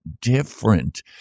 different